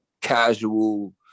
casual